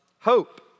hope